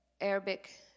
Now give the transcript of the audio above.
Arabic